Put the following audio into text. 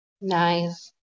Nice